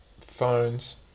phones